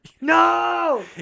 No